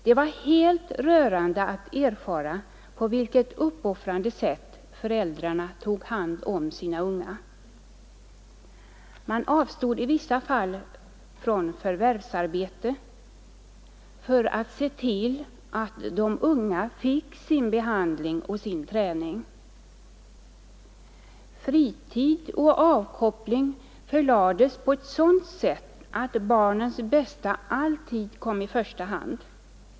Det var helt rörande att erfara på vilket uppoffrande sätt föräldrarna tog hand om sina ungdomar. De avstod i vissa fall från förvärvsarbete för att kunna se till att de unga fick sin behandling och träning. Fritid och avkoppling förlades på sådant sätt att barnens bästa alltid kom i första hand.